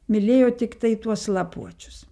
mylėjo tiktai tuos lapuočius